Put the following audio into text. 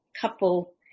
couple